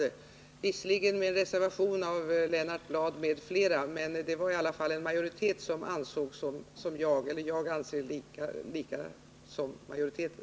Det var visserligen en reservation av Lennart Bladh m.fl. men jag hade i alla fall samma uppfattning som majoriteten.